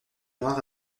noire